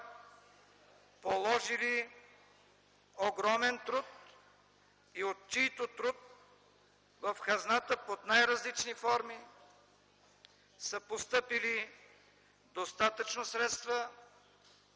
положили огромен труд и от чийто труд в хазната под най-различни форми са постъпили достатъчно средства.